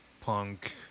punk